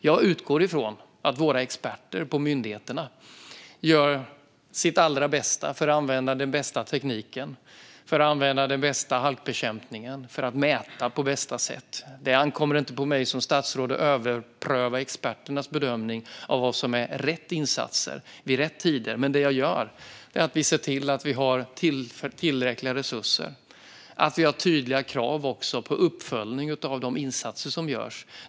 Jag utgår ifrån att våra experter på myndigheterna gör sitt allra bästa för att använda den bästa tekniken och den bästa halkbekämpningen och för att mäta på bästa sätt. Det ankommer inte på mig som statsråd att överpröva experternas bedömning av vad som är rätt insatser vid rätt tider. Vad jag dock gör är att se till att vi har tillräckliga resurser och även tydliga krav på uppföljning av de insatser som görs.